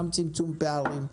גם צמצום פערים.